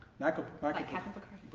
michael pickard like captain picard.